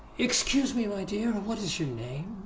excuse me, my dear. what is your name?